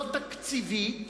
לא תקציבית,